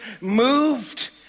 moved